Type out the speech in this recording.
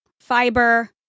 fiber